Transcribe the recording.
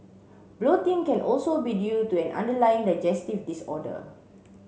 bloating can also be due to an underlying digestive disorder